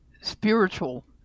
spiritual